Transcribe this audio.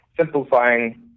simplifying